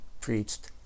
preached